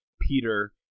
peter